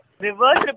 reverse